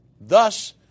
Thus